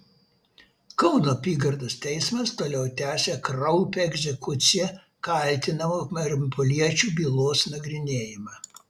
kauno apygardos teismas toliau tęsia kraupią egzekucija kaltinamų marijampoliečių bylos nagrinėjimą